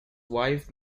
wife